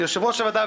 ליושב-ראש הוועדה,